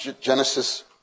Genesis